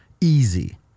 easy